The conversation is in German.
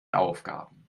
aufgaben